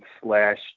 slash